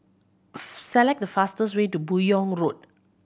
select the fastest way to Buyong Road